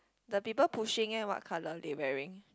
the people pushing eh what color they wearing